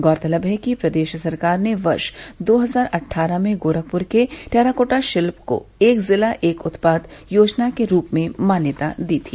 गौरतलब है कि प्रदेश सरकार ने वर्ष दो हजार अटठारह में गोरखपूर के टेराकोटा शिल्प को एक जिला एक उत्पाद योजना के रूप में मान्यता दी थी